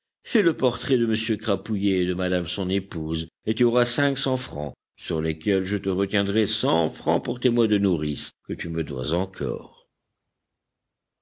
fais le portrait de m crapouillet et de madame son épouse et tu auras cinq cents francs sur lesquels je te retiendrai cent francs pour tes mois de nourrice que tu me dois encore